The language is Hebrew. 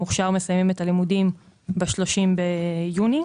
המוכשר מסיימים את הלימודים ב-30 ביוני.